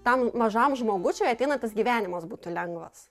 tam mažam žmogučiui ateinantis gyvenimas būtų lengvas